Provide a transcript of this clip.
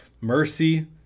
mercy